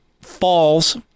falls